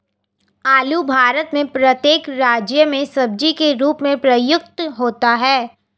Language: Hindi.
आलू भारत में प्रत्येक राज्य में सब्जी के रूप में प्रयुक्त होता है